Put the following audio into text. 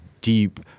deep